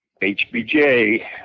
HBJ